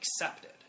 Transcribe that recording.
accepted